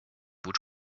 which